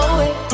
away